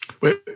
Wait